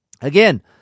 Again